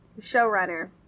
Showrunner